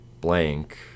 blank